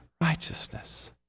righteousness